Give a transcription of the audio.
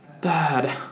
Dad